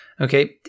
okay